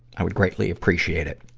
i would greatly appreciate it.